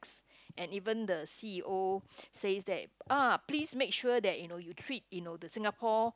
and even the c_e_o says that !ah! please make sure that you know you treat you know the Singapore